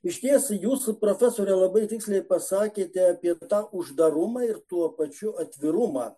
išties jūs profesore labai tiksliai pasakėte apie tą uždarumą ir tuo pačiu atvirumą